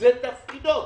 וזה תפקידו.